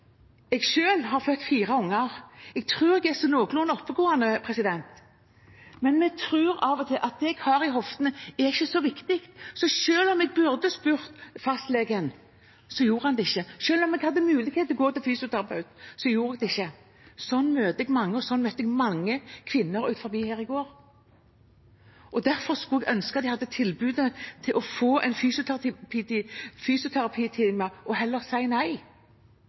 har selv født fire unger. Jeg tror at jeg er sånn noenlunde oppegående, men en tror av og til at det en har i hoftene, ikke er så viktig – så selv om jeg burde spurt fastlegen, så gjorde jeg det ikke, og selv om jeg hadde mulighet til å gå til fysioterapeut, så gjorde jeg det ikke. Sånn møter jeg mange, og sånn møtte jeg mange kvinner utenfor her i går. Derfor skulle jeg ønske at de hadde fått tilbudet om å få en fysioterapitime og heller